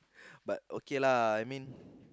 but okay lah I mean